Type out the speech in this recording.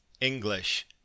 english